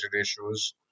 issues